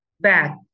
back